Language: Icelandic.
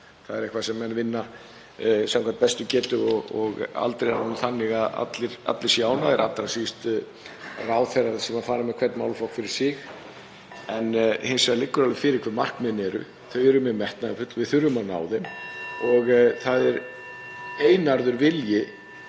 Það er eitthvað sem menn vinna samkvæmt bestu getu og það er aldrei þannig að allir séu ánægðir, allra síst ráðherrarnir sem fara með hvern málaflokk fyrir sig. En hins vegar liggur alveg fyrir hver markmiðin eru. Þau eru mjög metnaðarfull. Við þurfum að ná þeim. Það er einarður vilji